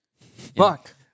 Fuck